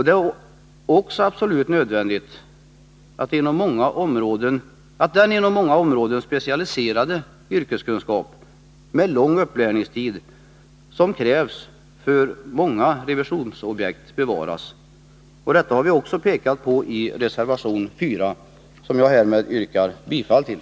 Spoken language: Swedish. Det är också absolut nödvändigt att den inom många områden speciella yrkeskunskap som krävs för många revisionsobjekt bevaras. Detta har vi också pekat på i reservation 4, som jag härmed yrkar bifall till.